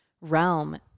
realm